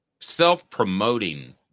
self-promoting